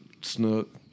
snook